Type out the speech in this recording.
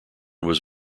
was